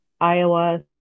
Iowa